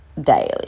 daily